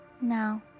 Now